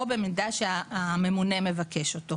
בהמשך.